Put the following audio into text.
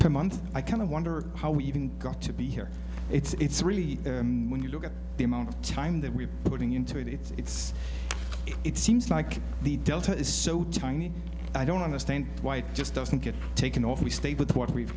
per month i kind of wonder how we even got to be here it's really when you look at the amount of time that we're putting into it it's it seems like the delta is so tiny i don't understand why it just doesn't get taken off the state with what we've